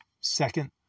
Second